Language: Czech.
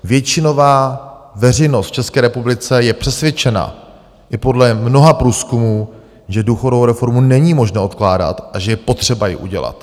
Většinová veřejnost v České republice je přesvědčena i podle mnoha průzkumů, že důchodovou reformu není možné odkládat a že je potřeba ji udělat.